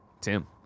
Tim